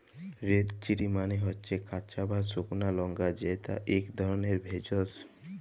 red chilli মালে হচ্যে কাঁচা বা সুকনা লংকা যেট ইক ধরলের ভেষজ